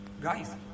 Guys